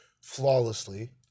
flawlessly